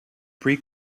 pre